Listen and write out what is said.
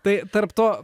tai tarp to